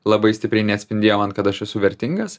labai stipriai neatspindėjo man kad aš esu vertingas